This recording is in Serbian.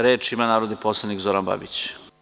Reč ima narodni poslanik Zoran Babić.